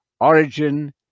origin